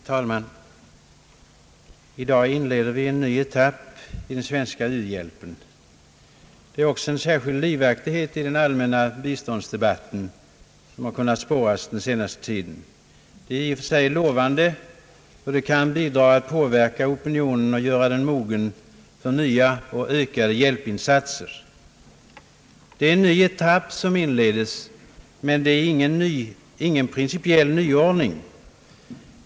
Herr talman! I dag inleder vi en ny etapp i den svenska u-hjälpen. En särskild livaktighet i den allmänna biståndsdebatten har kunnat spåras den senaste tiden. Det är i och för sig lovande och kan bidra att påverka opinionen och göra den mogen för nya och ökade hjälpinsatser. Det är en ny etapp som inleds, men det är ingen principiell nyordning.